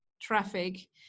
traffic